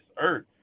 earth